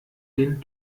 den